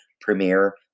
premiere